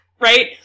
right